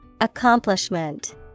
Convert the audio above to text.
Accomplishment